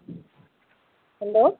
hello